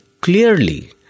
clearly